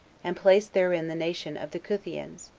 and placed therein the nation of the cutheans,